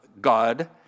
God